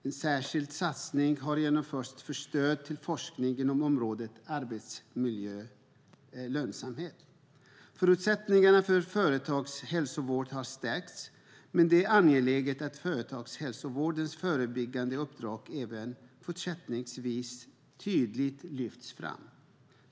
En särskild satsning har genomförts för stöd till forskning inom området arbetsmiljölönsamhet. Förutsättningarna för företagshälsovården har stärkts, men det är angeläget att företagshälsovårdens förebyggande uppdrag även fortsättningsvis lyfts fram tydligt.